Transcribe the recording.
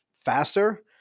faster –